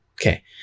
okay